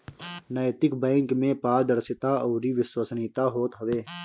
नैतिक बैंक में पारदर्शिता अउरी विश्वसनीयता होत हवे